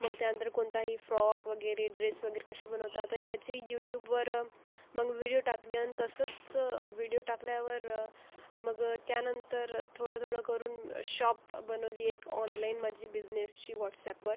मग त्यानंतर कोणताही फ्रॉक वगैरे ड्रेस वगैरे कसे बनवतात आणि याची यूट्यूबवर मग व्हिडिओ टाकली आणि तसंच व्हिडिओ टाकल्यावर मग त्यानंतर थोडं थोडं करून शॉप बनवली एक ऑनलाईन माझी बिझनेसची व्हॉट्सॲपवर